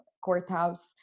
courthouse